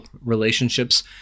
relationships